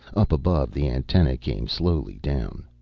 up above, the antenna came slowly down.